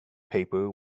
paper